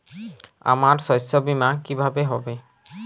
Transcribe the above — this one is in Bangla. আমার শস্য বীমা কিভাবে হবে?